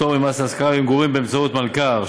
פטור ממס על השכרה למגורים באמצעות מלכ"ר),